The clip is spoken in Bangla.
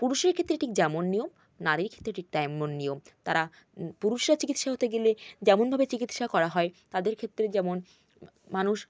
পুরুষের ক্ষেত্রে ঠিক যেমন নিয়ম নারীর ক্ষেত্রে ঠিক তেমন নিয়ম তারা পুরুষরা চিকিৎসায় হতে গেলে যেমনভাবে চিকিৎসা করা হয় তাদের ক্ষেত্রে যেমন মানুষ